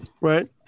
Right